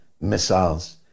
missiles